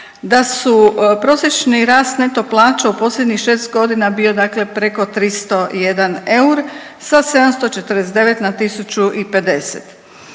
da su prosječni rast neto plaća u posljednjih 6 godina bio dakle preko 301 euro sa 749 na 1.050.